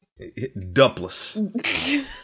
Dupless